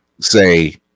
say